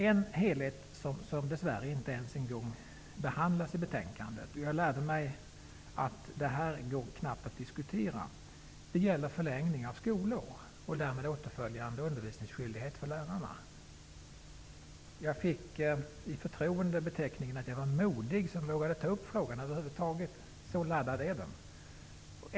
En är en helhet som dess värre inte ens behandlas i betänkandet -- och som jag lärde mig att det knappt ens går att diskutera -- Jag fick i förtroende beteckningen att jag var modig som vågade ta upp frågan över huvud taget -- så laddad är den.